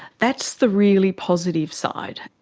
that's the really positive side.